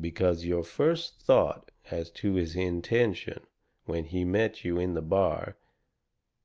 because your first thought as to his intention when he met you in the bar